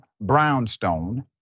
Brownstone